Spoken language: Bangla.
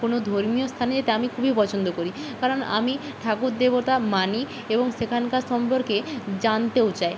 কোনো ধর্মীয় স্থানে যেতে আমি খুবই পছন্দ করি কারণ আমি ঠাকুর দেবতা মানি এবং সেখানকার সম্পর্কে জানতেও চাই